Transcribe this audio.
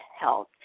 health